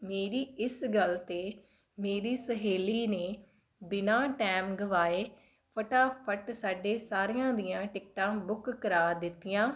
ਮੇਰੀ ਇਸ ਗੱਲ 'ਤੇ ਮੇਰੀ ਸਹੇਲੀ ਨੇ ਬਿਨਾਂ ਟਾਈਮ ਗਵਾਏ ਫਟਾਫਟ ਸਾਡੇ ਸਾਰਿਆਂ ਦੀਆਂ ਟਿਕਟਾਂ ਬੁੱਕ ਕਰਾ ਦਿੱਤੀਆਂ